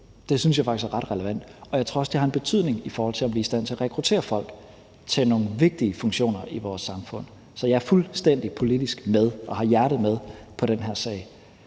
Det synes jeg faktisk er ret relevant, og jeg tror også, at det har en betydning i forhold til at blive i stand til at rekruttere folk til nogle vigtige funktioner i vores samfund. Så jeg er fuldstændig politisk med og har hjertet med i forhold